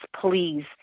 please